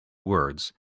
words